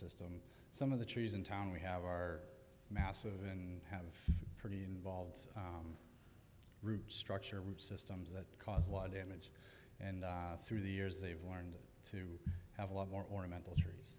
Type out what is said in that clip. system some of the trees in town we have are massive and have pretty involved root structure root systems that cause a lot of damage and through the years they've learned to have a lot more ornamental trees